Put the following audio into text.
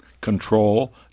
control